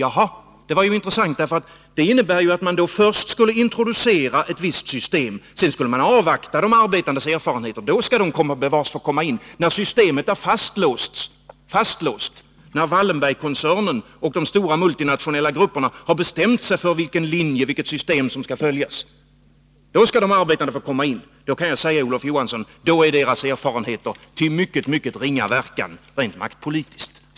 Ja, det var intressant, för det innebär ju att man först skulle introducera ett visst system och sedan avvakta de arbetandes erfarenheter. När systemet är fastlåst, när Wallenbergkoncernen och de stora multinationella grupperna har bestämt sig för vilken linje som skall följas, då skall de arbetande få komma in. Jag kan tala om för Olof Johansson att då är deras erfarenheter av mycket ringa verkan rent maktpolitiskt.